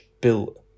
built